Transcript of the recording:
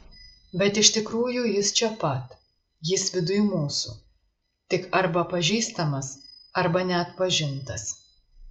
bet iš tikrųjų jis čia pat jis viduj mūsų tik arba pažįstamas arba neatpažintas